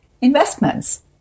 investments